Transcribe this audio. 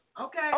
Okay